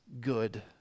good